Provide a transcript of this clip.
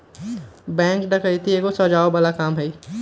bank डकैती एगो सजाओ बला काम हई